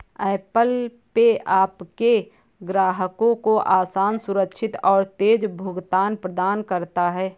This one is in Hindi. ऐप्पल पे आपके ग्राहकों को आसान, सुरक्षित और तेज़ भुगतान प्रदान करता है